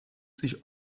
sich